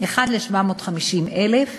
1 ל-750,000,